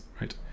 right